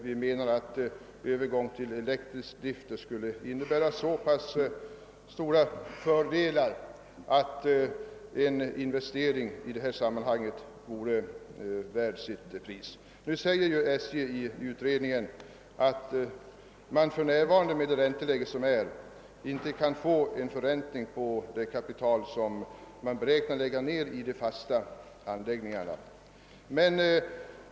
Vi menar att en övergång till elektrisk drift skulle innebära så pass stora fördelar att en investering för detta ändamål vore värd sitt pris. SJ anför i sin utredning att man med nuvarande ränteläge inte kan få en tillfredsställande förräntning på det kapital som man beräknar få lägga ned i de fasta anläggningarna.